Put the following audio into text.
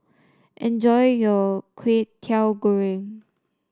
enjoy your Kwetiau Goreng